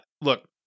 look